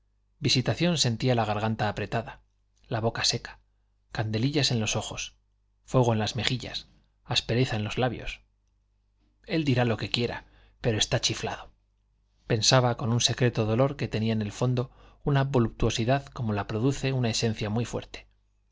visitación sentía la garganta apretada la boca seca candelillas en los ojos fuego en las mejillas asperezas en los labios él dirá lo que quiera pero está chiflado pensaba con un secreto dolor que tenía en el fondo una voluptuosidad como la produce una esencia muy fuerte